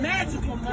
Magical